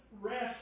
rest